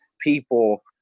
people